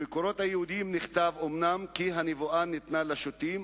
במקורות היהודיים נכתב אומנם כי הנבואה ניתנה לשוטים,